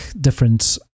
different